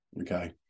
Okay